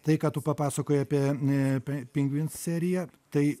tai ką tu papasakojai apie ne apie pingvin seriją tai